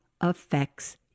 affects